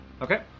Okay